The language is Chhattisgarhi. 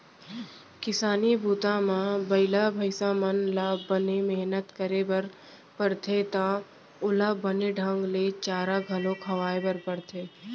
किसानी बूता म बइला भईंसा मन ल बने मेहनत करे बर परथे त ओला बने ढंग ले चारा घलौ खवाए बर परथे